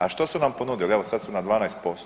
A što su vam ponudili, evo sad su na 12%